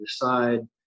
decide